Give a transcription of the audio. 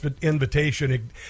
invitation